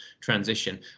transition